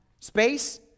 space